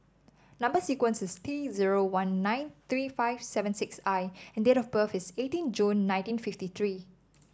number sequence is T zero one nine three five seven six I and date of birth is eighteen June nineteen fifty three